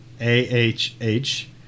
A-H-H